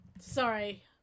Sorry